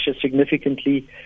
significantly